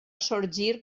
sorgir